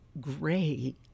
gray